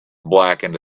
blackened